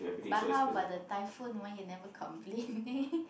but how about the typhoon why you never complain